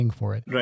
Right